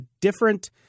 different